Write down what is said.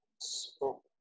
spoke